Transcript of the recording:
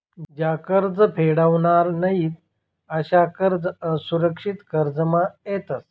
ज्या कर्ज फेडावनार नयीत अशा कर्ज असुरक्षित कर्जमा येतस